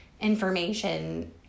information